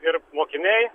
ir mokiniai